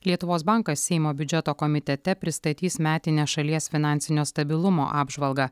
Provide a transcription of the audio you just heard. lietuvos bankas seimo biudžeto komitete pristatys metinę šalies finansinio stabilumo apžvalgą